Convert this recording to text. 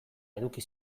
eduki